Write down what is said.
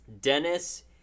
Dennis –